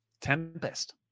Tempest